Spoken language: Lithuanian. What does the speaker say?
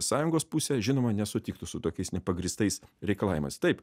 sąjungos pusė žinoma nesutiktų su tokiais nepagrįstais reikalavimais taip